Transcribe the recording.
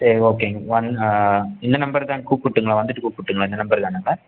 சரி ஓகேங்க உன் இந்த நம்பர் தான் கூப்பிட்டுங்களா வந்துட்டு கூப்பிட்டுங்களா இந்த நம்பர் தானுங்க